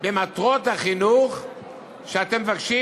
שאתם מבקשים